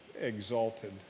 exalted